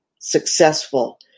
successful